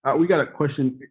we've got a question,